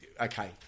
okay